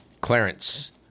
Clarence